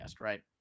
right